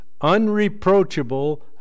unreproachable